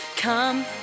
Come